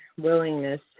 willingness